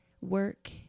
work